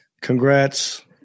Congrats